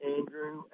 Andrew